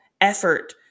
effort